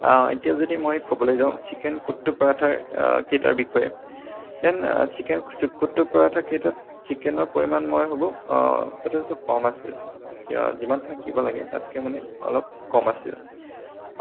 এতিয়া যদি মই ক'বলৈ যাওঁ ছিকেন কুট্টো পৰাঠা কেইটাৰ বিষয়ে দেন ছিকেন কুট্টো পৰাঠা কেইটা ছিকেনৰ পৰিমাণ মই ভাবোঁ যথেষ্ট কম আছিল যিমান থাকিব লাগে তাতকৈ মানে অলপ কম আছিল